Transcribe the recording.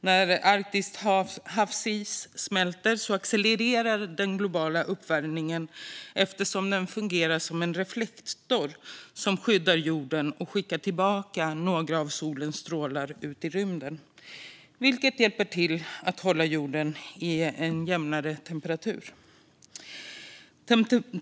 När Arktis havsis smälter accelererar den globala uppvärmningen, eftersom den fungerar som en reflektor som skyddar jorden och skickar tillbaka några av solens strålar ut i rymden. Det hjälper till att hålla en jämnare temperatur på jorden.